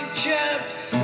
chips